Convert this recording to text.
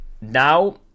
Now